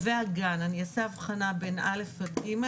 אני אעשה הבחנה בין א' עד ג'